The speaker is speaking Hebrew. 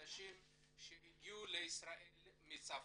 החדשים שהגיעו לישראל מצרפת.